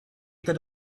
could